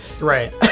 Right